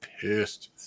pissed